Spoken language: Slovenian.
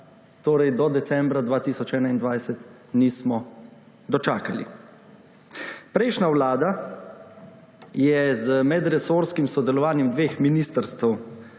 torej do decembra 2021 nismo dočakali. Prejšnja vlada je z medresorskim sodelovanjem dveh ministrstev,